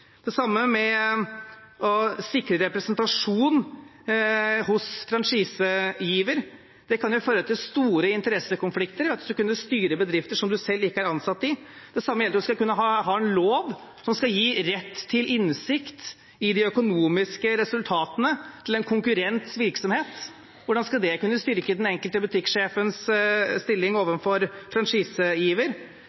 Det samme gjelder forslaget om å sikre representasjon hos franchisegiver. Det kan føre til store interessekonflikter at man skal kunne styre bedrifter man selv ikke er ansatt i. Det gjelder også det å skulle ha en lov som gir rett til innsikt i de økonomiske resultatene til en konkurrents virksomhet. Hvordan skal det kunne styrke den enkelte butikksjefs stilling